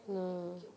ah